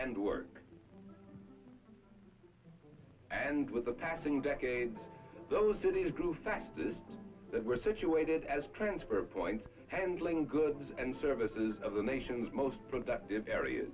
and work and with the passing decade those cities grew fast this that we're situated as transfer points handling goods and services of the nation's most productive area